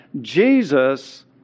Jesus